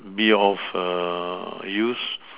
be of err use